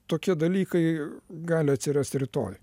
tokie dalykai gali atsirast rytoj